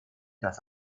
das